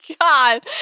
God